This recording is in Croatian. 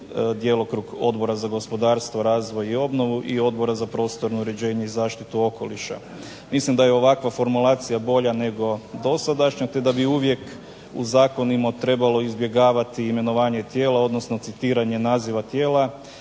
djelokrug Odbora za gospodarstvo, razvoj i obnovu i Odbora za prostorno uređenje i zaštitu okoliša. Mislim da je ovakva formulacija bolja nego dosadašnja te da bi uvijek u zakonima trebalo izbjegavati imenovanje tijela, odnosno citiranje naziva tijela